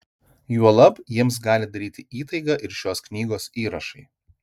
juolab jiems gali daryti įtaigą ir šios knygos įrašai